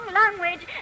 language